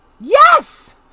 Yes